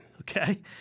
Okay